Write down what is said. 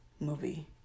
movie